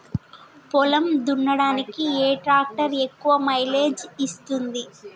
పొలం దున్నడానికి ఏ ట్రాక్టర్ ఎక్కువ మైలేజ్ ఇస్తుంది?